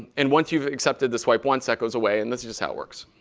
and once you've accepted the swipe once, that goes away, and this is just how it works.